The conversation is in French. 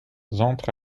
entre